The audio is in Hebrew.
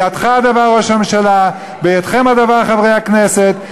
בידך הדבר, ראש הממשלה, בידכם הדבר, חברי הכנסת.